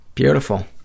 Beautiful